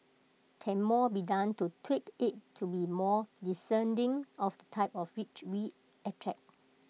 can more be done to tweak IT to be more discerning of the type of rich we attract